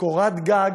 קורת גג,